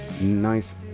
nice